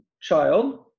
Child